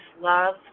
love